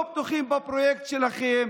לא בטוחים בפרויקט שלכם.